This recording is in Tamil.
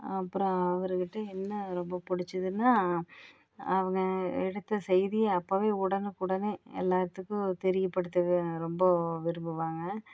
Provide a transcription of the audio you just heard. அப்புறம் அவர்கிட்ட என்ன ரொம்ப பிடிச்சதுன்னா அவங்க எடுத்த செய்தி அப்போவே உடனுக்குடனே எல்லாத்துக்கும் தெரியப்படுத்தவே ரொம்ப விரும்புவாங்க